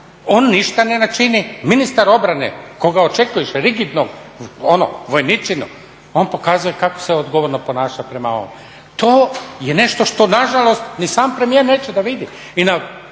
on ništa ni ne čini. Ministar obrane, kojega očekuješ rigidnog, ono, vojničinu, on pokazuje kako se odgovorno ponaša prema ovom. To je nešto što nažalost ni sam premijer neće da vidi.